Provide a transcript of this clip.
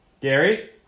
Gary